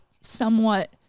somewhat